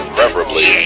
Preferably